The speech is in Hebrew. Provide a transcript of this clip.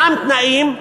אותם תנאים,